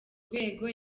rwego